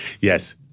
Yes